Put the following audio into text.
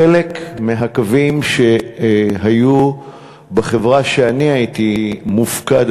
חלק מהקווים שהיו בחברה שהייתי מופקד